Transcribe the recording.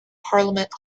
parliament